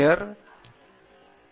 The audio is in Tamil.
ஐ